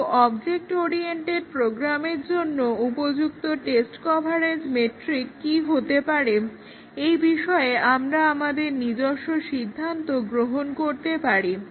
কিন্তু object oriented প্রোগ্রামের জন্য উপযুক্ত টেস্ট কভারেজ মেট্রিক কি হতে পারে এই বিষয়ে আমরা আমাদের নিজস্ব সিদ্ধান্ত গ্রহণ করতে পারি